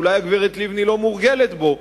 שאולי הגברת לבני לא מורגלת בו,